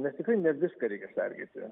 nes tikrai ne viską reikia sergėti